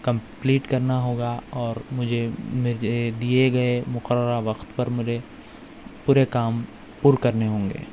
complete کرنا ہوگا اور مجھے مجھے دیے گیے مقررہ وقت پر ملے پورے کام پُر کرنے ہوں گے